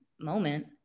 moment